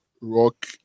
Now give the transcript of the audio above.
rock